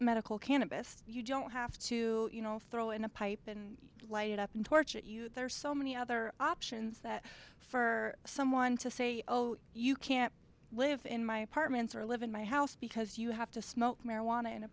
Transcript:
cannabis you don't have to you know throw in a pipe and light it up and torch it you there are so many other options that for someone to say oh you can't live in my apartments or live in my house because you have to smoke marijuana in a